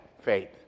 faith